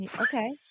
Okay